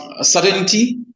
certainty